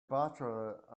bachelor